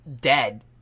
dead